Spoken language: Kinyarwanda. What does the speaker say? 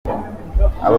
abo